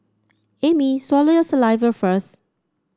Amy swallow your saliva first